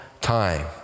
time